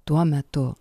tuo metu